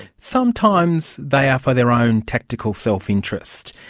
sometimes they are for their own tactical self-interest.